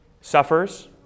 suffers